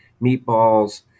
meatballs